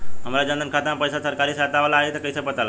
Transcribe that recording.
हमार जन धन खाता मे पईसा सरकारी सहायता वाला आई त कइसे पता लागी?